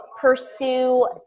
pursue